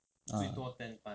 ah